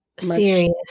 serious